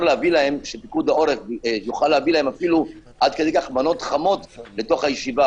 שפיקוד העורף יוכל להביא להם מנות חמות לישיבה,